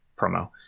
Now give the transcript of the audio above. promo